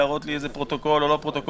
להראות לי איזה פרוטוקול וכו'.